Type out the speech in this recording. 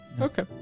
Okay